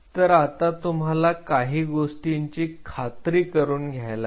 तर आता तुम्हाला काही गोष्टींची खात्री करून घ्यायला हवी